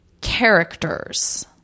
characters